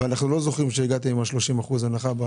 אנחנו לא זוכרים שהגעתם עם ה-30% הנחה.